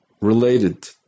related